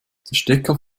stecker